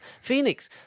Phoenix